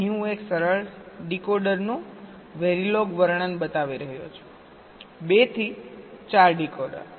અહીં હું એક સરળ ડીકોડરનું વેરીલોગ વર્ણન બતાવી રહ્યો છું 2 થી 4 ડીકોડર